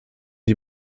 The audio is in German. die